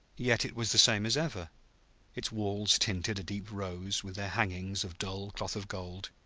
yet it was the same as ever its walls tinted a deep rose, with their hangings of dull cloth-of-gold,